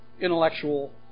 intellectual